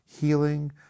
healing